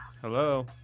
Hello